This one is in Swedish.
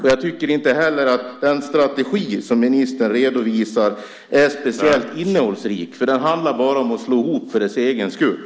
Jag tycker inte heller att den strategi som ministern redovisar är speciellt innehållsrik. Det handlar bara om att slå ihop för ens egen skull.